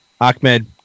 Ahmed